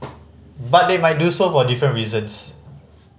but they might do so for different reasons